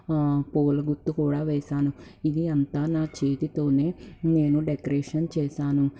పూల గుర్తు కూడా వేసాను ఇది అంతా నా చేతితోనే నేను డెకరేషన్ చేశాను